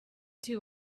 two